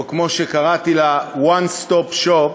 או כמו שקראתי לה One Stop Shop,